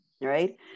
right